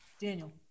Daniel